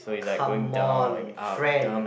come on friend